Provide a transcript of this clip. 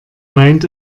meint